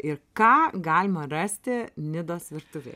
ir ką galima rasti nidos virtuvėj